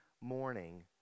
morning